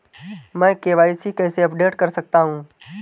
मैं के.वाई.सी कैसे अपडेट कर सकता हूं?